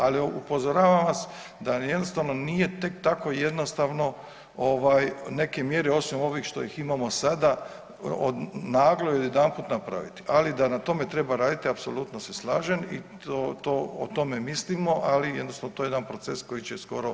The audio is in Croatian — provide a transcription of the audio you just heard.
Ali upozoravam vas da jednostavno nije tek tako jednostavno ovaj neke mjere osim ovih što ih imamo sada naglo i odjedanput napraviti, ali da na tome treba raditi apsolutno se slažem i to, to, o tome mislimo, ali jednostavno to je jedan proces koji će skoro doći.